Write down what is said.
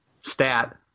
Stat